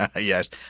Yes